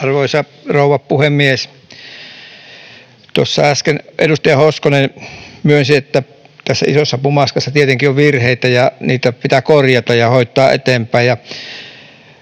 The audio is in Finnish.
Arvoisa rouva puhemies! Tuossa äsken edustaja Hoskonen myönsi, että tässä isossa pumaskassa tietenkin on virheitä ja niitä pitää korjata ja hoitaa eteenpäin,